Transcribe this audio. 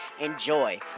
enjoy